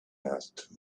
asked